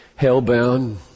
Hellbound